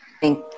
Thank